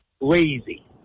lazy